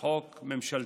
הצעת חוק ממשלתית.